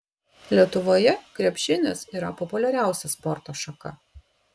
lietuvoje krepšinis yra populiariausia sporto šaka